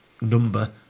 number